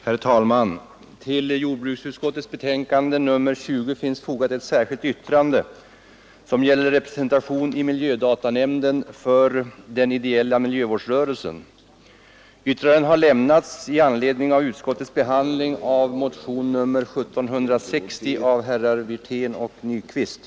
Herr talman! Till jordbruksutskottets betänkande nr 20 är fogat ett särskilt yttrande, som gäller representation i miljödatanämnden för den ideella miljövårdsrörelsen. Yttrandet har avlämnats i anledning av utskottets behandling av motionen 1760 av herrar Wirtén och Nyquist.